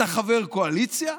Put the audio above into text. אתה חבר קואליציה,